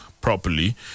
properly